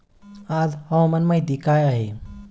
आज हवामान माहिती काय आहे?